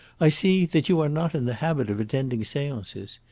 i see that you are not in the habit of attending seances.